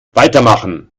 weitermachen